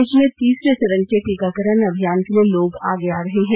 देश में तीसरे चरण के टीकाकरण अभियान के लिए लोग आगे आ रहे हैं